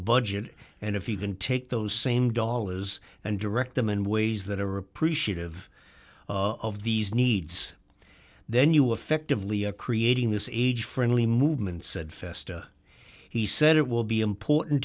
budget and if you can take those same dollars and direct them in ways that are appreciative of these needs then you effectively creating this is age friendly movement said festa he said it will be important